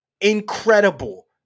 Incredible